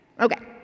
Okay